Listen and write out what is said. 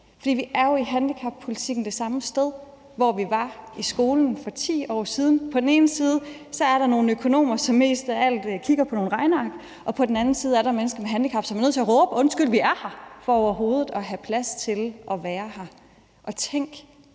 bord. For i handicappolitikken er vi jo det samme sted, som vi var i forhold til skolen for 10 år siden. På den ene side er der nogle økonomer, som mest af alt kigger på nogle regneark, og på den anden side er der mennesker med handicap, som for overhovedet at have plads til at være her er nødt